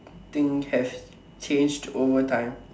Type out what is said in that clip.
think has changed over time